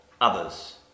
others